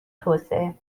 توسعه